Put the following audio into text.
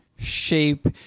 Shape